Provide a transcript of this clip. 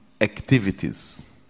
Activities